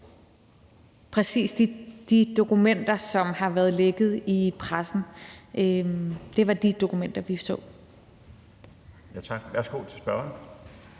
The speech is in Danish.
præcis de dokumenter, som har været lækket i pressen. Det var de dokumenter, vi så. Kl. 12:12 Den fg.